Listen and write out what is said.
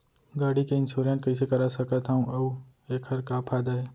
गाड़ी के इन्श्योरेन्स कइसे करा सकत हवं अऊ एखर का फायदा हे?